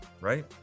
right